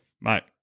Mate